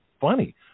funny